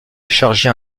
charger